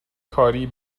کاری